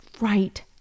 right